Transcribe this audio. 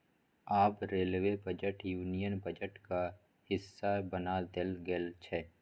आब railway budget union बजटक हिस्सा बना देल गेल छै